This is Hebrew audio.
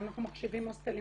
ואנחנו מחשיבים הוסטלים